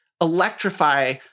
electrify